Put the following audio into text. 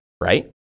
right